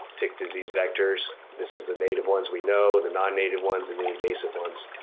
tick disease vectors. this is the native ones we know. the nonnative ones and the invasive ones,